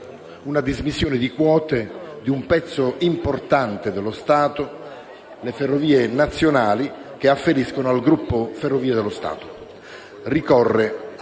una dismissione di quote di un pezzo importante dello Stato, le ferrovie nazionali che afferiscono al gruppo Ferrovie dello Stato SpA. Ricorre, a tale